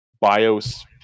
BIOS